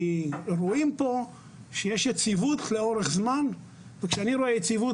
רואים פה שיש יציבות לאורך זמן וכשאני רואה יציבות